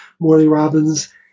morleyrobbins